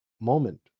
moment